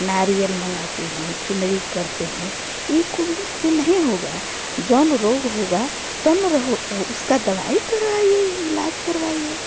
नारियल मंगाते हैं चुनरी करते हैं ये कौन रोग से नहीं होगा जौन रोग होगा तब न हो उसका दवाई कराइए ईलाज करवाइए